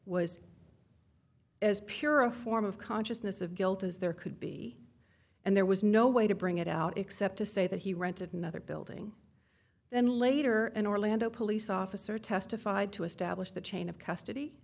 was as pure a form of consciousness of guilt as there could be and there was no way to bring it out except to say that he rented another building then later an orlando police officer testified to establish the chain of custody